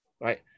right